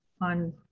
on